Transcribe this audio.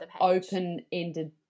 open-ended